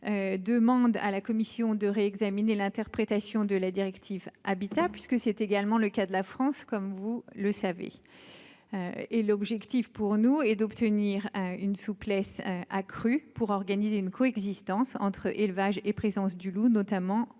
demande à la Commission de réexaminer l'interprétation de la directive Habitat, puisque c'est également le cas de la France, comme vous le savez, et l'objectif pour nous est d'obtenir une souplesse accrue pour organiser une coexistence entre élevage et présence du loup, notamment en